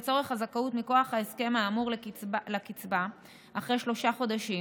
לצורך הזכאות מכוח ההסכם האמור לקצבה אחרי שלושה חודשים,